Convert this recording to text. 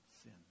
sin